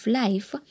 life